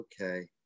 okay